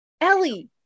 Ellie